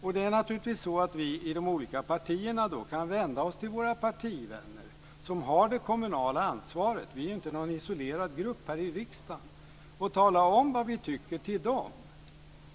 I de olika partierna kan vi naturligtvis vända oss till våra partivänner som har det kommunala ansvaret - vi är ju inte någon isolerad grupp här i riksdagen - och tala om för dem vad vi tycker.